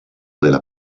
della